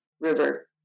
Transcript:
river